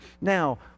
Now